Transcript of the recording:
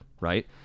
right